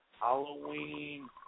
Halloween